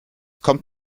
kommt